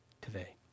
today